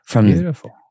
Beautiful